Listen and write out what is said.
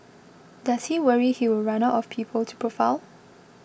does he worry he will run out of people to profile